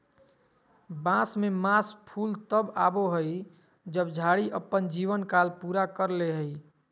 बांस में मास फूल तब आबो हइ जब झाड़ी अपन जीवन काल पूरा कर ले हइ